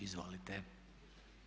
Izvolite.